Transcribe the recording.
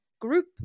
group